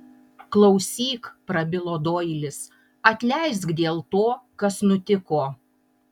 klausyk prabilo doilis atleisk dėl to kas nutiko